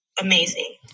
amazing